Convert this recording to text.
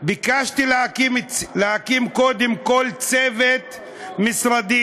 "ביקשתי להקים קודם כול צוות משרדי